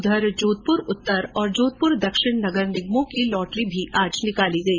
उधर जोधपुर उत्तर और जोधपुर दक्षिण नगर निगमों की लॉटरी भी आज निकाली गई